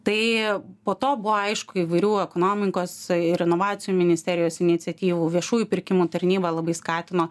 tai po to buvo aišku įvairių ekonomikos ir inovacijų ministerijos iniciatyvų viešųjų pirkimų tarnyba labai skatino